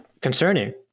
concerning